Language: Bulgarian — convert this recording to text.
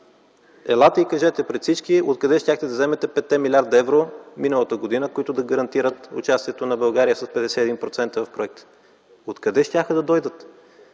елате и кажете пред всички откъде щяхте да вземете 5-те милиарда евро миналата година, които да гарантират участието на България с 51% в проекта? Откъде щяха да дойдат?